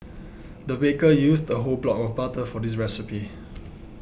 the baker used a whole block of butter for this recipe